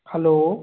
hello